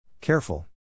Careful